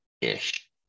ish